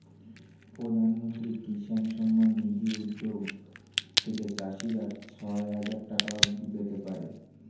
প্রধানমন্ত্রী কিষান সম্মান নিধি উদ্যোগ থেকে চাষিরা ছয় হাজার টাকা অবধি পেতে পারে